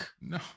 No